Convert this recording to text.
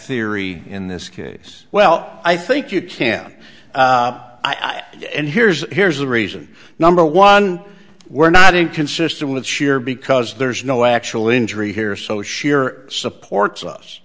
theory in this case well i think you can i and here's here's the reason number one we're not inconsistent with share because there's no actual injury here so share supports us